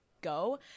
go